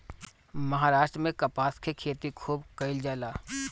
महाराष्ट्र में कपास के खेती खूब कईल जाला